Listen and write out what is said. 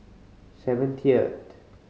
seventieth